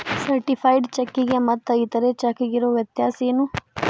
Certified ಚೆಕ್ಕಿಗೆ ಮತ್ತ್ ಇತರೆ ಚೆಕ್ಕಿಗಿರೊ ವ್ಯತ್ಯಸೇನು?